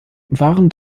waren